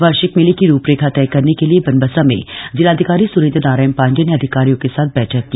वार्षिक मेले की रूपरेखा तय करने के लिए बनबसा में जिलाधिकारी सुरेंद्र नारायण पाण्डेय ने अधिकारियों के साथ बैठक की